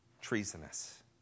treasonous